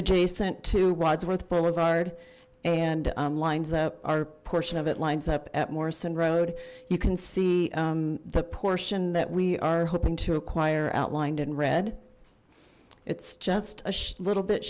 adjacent to wodsworth boulevard and lines up our portion of it lines up at morrison road you can see the portion that we are hoping to acquire outlined in red it's just a little bit